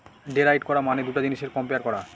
derive করা মানে দুটা জিনিসের কম্পেয়ার করা